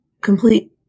complete